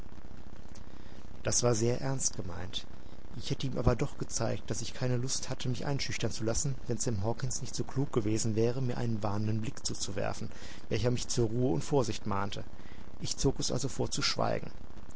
das war sehr ernst gemeint ich hätte ihm aber doch gezeigt daß ich keine lust hatte mich einschüchtern zu lassen wenn sam hawkens nicht so klug gewesen wäre mir einen warnenden blick zuzuwerfen welcher mich zur ruhe und vorsicht mahnte ich zog es also vor zu schweigen